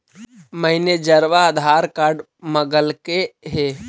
मैनेजरवा आधार कार्ड मगलके हे?